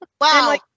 Wow